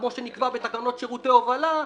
כפי שנקבע בתקנות שירותי הובלה,